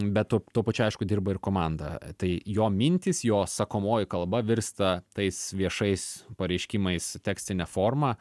bet tuo tuo pačiu aišku dirba ir komanda tai jo mintys jo sakomoji kalba virsta tais viešais pareiškimais tekstine forma